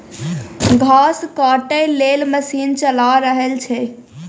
घास काटय लेल मशीन चला रहल छै